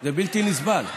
זה בלתי נסבל.